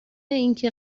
اینکه